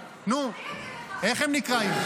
איך הם נקראים?